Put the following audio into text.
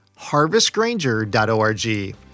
harvestgranger.org